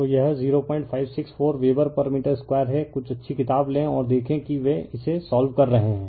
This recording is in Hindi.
तो यह 0564 वेबर पर मीटर स्क्वायर है कुछ अच्छी किताब लें और देखें कि वे इसे सोल्व कर रहे हैं